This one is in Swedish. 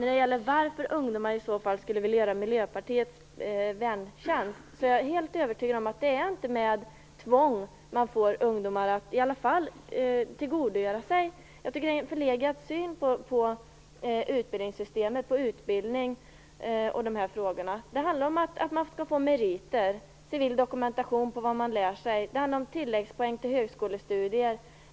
I frågan om varför ungdomar skulle vilja göra Miljöpartiets värntjänst är jag helt övertygad om att det inte är med tvång som man får ungdomar att ställa upp. Jag tycker att det är en förlegad syn på dessa utbildningsfrågor. Det handlar om att man skall få meriter, civil dokumentation på vad man lär sig. Det handlar om tilläggspoäng till högskolestudier.